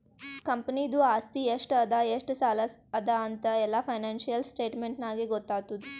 ಕಂಪನಿದು ಆಸ್ತಿ ಎಷ್ಟ ಅದಾ ಎಷ್ಟ ಸಾಲ ಅದಾ ಅಂತ್ ಎಲ್ಲಾ ಫೈನಾನ್ಸಿಯಲ್ ಸ್ಟೇಟ್ಮೆಂಟ್ ನಾಗೇ ಗೊತ್ತಾತುದ್